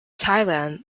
thailand